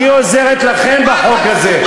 היא עוזרת לכם בחוק הזה.